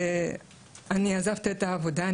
אני עזבתי את העבודה.